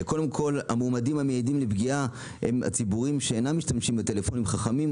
המועמדים המיידים לפגיעה הם הציבורים שאינם משתמשים בטלפונים חכמים,